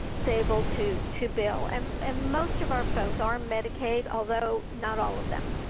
so able to to bill and and most of our folks are medicaid although not all of them.